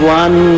one